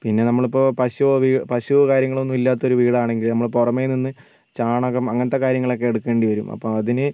പിന്നെ നമ്മളിപ്പോൾ പശുവൊ വി പശുവൊ കാര്യങ്ങളൊന്നും ഇല്ലാത്തൊരു വീടാണെങ്കിൽ നമ്മൾ പുറമെ നിന്ന് ചാണകം അങ്ങനത്തെ കാര്യങ്ങളൊക്കെ എടുക്കേണ്ടി വരും അപ്പം അതിന്